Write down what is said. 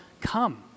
come